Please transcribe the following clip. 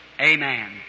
amen